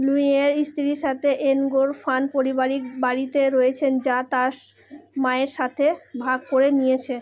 লুইয়ের স্ত্রীর সাথে এনগোর ফান পারিবারিক বাড়িতে রয়েছেন যা তার মায়ের সাথে ভাগ করে নিয়েছে